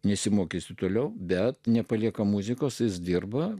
nesimokysiu toliau bet nepalieka muzikos jis dirba